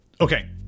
Okay